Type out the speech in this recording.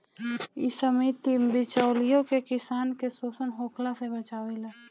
इ समिति बिचौलियों से किसान के शोषण होखला से बचावेले